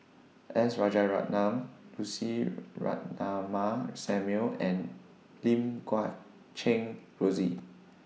S Rajaratnam Lucy Ratnammah Samuel and Lim Guat Kheng Rosie